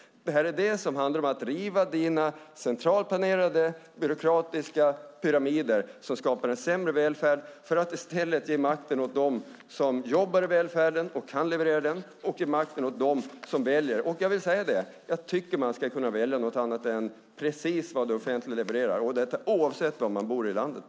Det handlar om att riva dina centralplanerade byråkratiska pyramider som skapar en sämre välfärd för att i stället ge makten åt dem som jobbar i välfärden och kan leverera den och åt dem som väljer. Jag tycker att man ska kunna välja något annat än precis det som det offentliga levererar - och detta oavsett var man bor i landet.